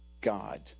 God